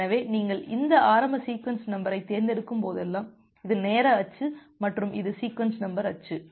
எனவே நீங்கள் இந்த ஆரம்ப சீக்வென்ஸ் நம்பரைத் தேர்ந்தெடுக்கும்போதெல்லாம் இது நேர அச்சு மற்றும் இது சீக்வென்ஸ் நம்பர் அச்சு